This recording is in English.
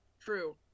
True